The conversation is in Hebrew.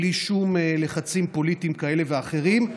בלי שום לחצים פוליטיים כאלה ואחרים,